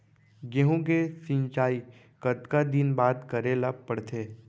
गेहूँ के सिंचाई कतका दिन बाद करे ला पड़थे?